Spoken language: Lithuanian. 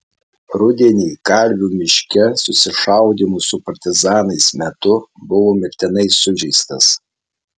rudenį kalvių miške susišaudymo su partizanais metu buvo mirtinai sužeistas